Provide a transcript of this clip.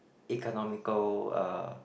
economical uh